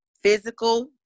physical